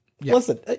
Listen